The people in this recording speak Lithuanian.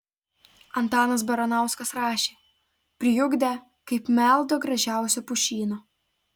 antanas baranauskas rašė priugdę kaip meldo gražiausio pušyno